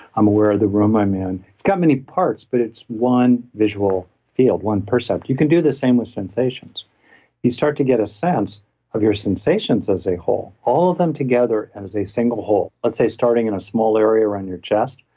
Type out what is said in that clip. i'm aware of the room i'm in. it's got many parts, but it's one visual field, one percept. you can do the same with sensations you start to get a sense of your sensations as a whole, all of them together as a single whole. let's say starting in a small area around your chest,